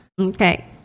Okay